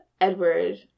Edward